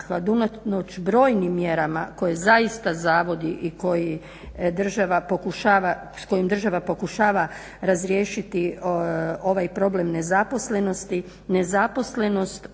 unatoč brojnim mjerama koje zaista zavod i s kojim država pokušava razriješiti ovaj problem nezaposlenosti nezaposlenost